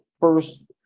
first